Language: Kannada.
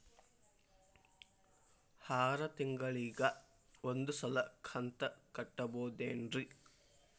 ಆರ ತಿಂಗಳಿಗ ಒಂದ್ ಸಲ ಕಂತ ಕಟ್ಟಬಹುದೇನ್ರಿ?